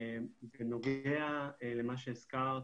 שינוי הגדרה, חד משמעית.